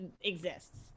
exists